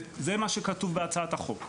זה מה שכתוב בהצעת החוק.